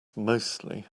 mostly